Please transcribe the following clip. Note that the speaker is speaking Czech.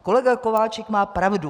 Kolega Kováčik má pravdu.